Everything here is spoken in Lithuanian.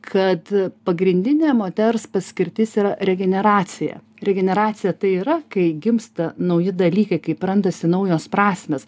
kad pagrindinė moters paskirtis yra regeneracija regeneracija tai yra kai gimsta nauji dalykai kaip randasi naujos prasmės